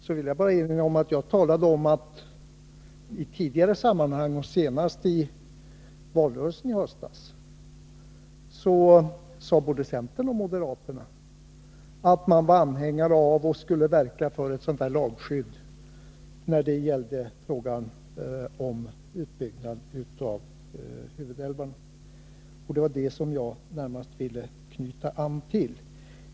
Jag vill bara erinra om — som jag framhållit i tidigare sammanhang — att både centern och moderaterna, senast i höstens valrörelse, sade att de var anhängare av och skulle verka för ett lagskydd mot utbyggnad av huvudälvarna. Det var det som jag närmast ville knyta an till.